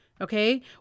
Okay